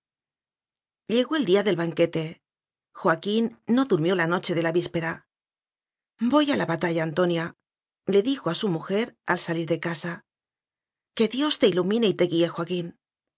llegó el día del banquete joaquín no dur mió la noche de la víspera voy a la batalla antonia le dijo a su mujer al salir de casa que dios te ilumine y te guíe joaquín